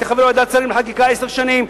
חבר בוועדת שרים לחקיקה עשר שנים.